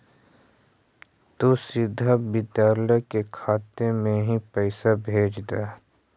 तु सीधा विद्यालय के खाते में ही पैसे भेज द